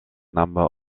number